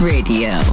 Radio